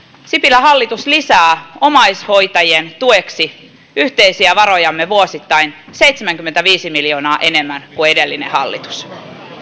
sipilän hallitus lisää omaishoitajien tueksi yhteisiä varojamme vuosittain seitsemänkymmentäviisi miljoonaa enemmän kuin edellinen hallitus